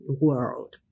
world